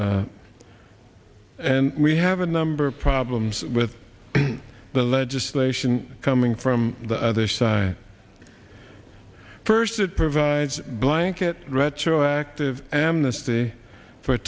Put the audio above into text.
saturday and we have a number of problems with the legislation coming from the other side first it provides blanket retroactive amnesty for